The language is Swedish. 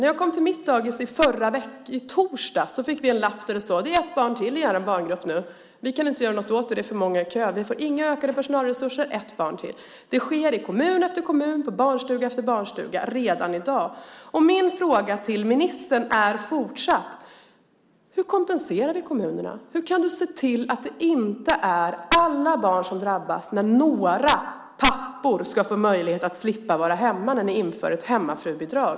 När jag kom till mitt dagis i torsdags fick jag en lapp där det stod så här: Det är ett barn till i er barngrupp nu. Vi kan inte göra något åt det - det är för många i kö. Vi får inga ökade personalresurser. Det är ett barn till. Detta sker i kommun efter kommun, på barnstuga efter barnstuga, redan i dag. Min fråga till ministern är fortsatt: Hur kompenserar du kommunerna? Hur kan du se till att inte alla barn drabbas när några pappor ska få möjlighet att slippa vara hemma när ni inför ett hemmafrubidrag?